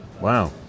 Wow